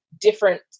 different